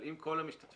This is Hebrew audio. אבל אם כל המשתתפים